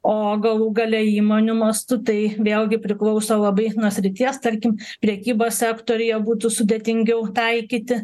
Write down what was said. o galų gale įmonių mastu tai vėlgi priklauso labai nuo srities tarkim prekybos sektoriuje būtų sudėtingiau taikyti